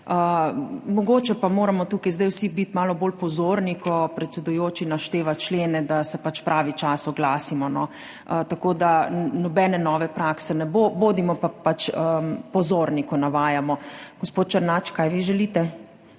Mogoče pa moramo tu zdaj vsi biti malo bolj pozorni, ko predsedujoči našteva člene, da se pravi čas oglasimo, no. Tako nobene nove prakse ne bo, bodimo pa pač pozorni, ko navajamo. Gospod Černač, kaj vi želite?